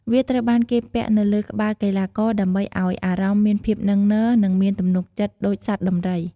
វាត្រូវបានគេពាក់នៅលើក្បាលកីឡាករដើម្បីឱ្យអារម្មណ៍មានភាពនឹងនរ និងមានទំនុកចិត្តដូចសត្វដំរី។